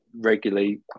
regularly